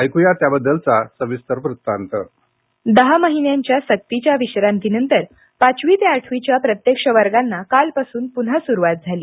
ऐक्या याबद्दलचा सविस्तर वृत्तांतः दहा महिन्यांच्या सक्तीच्या विश्रांतीनंतर पाचवी ते आठवीच्या प्रत्यक्ष वर्गांना कालपासून पुन्हा सुरुवात झाली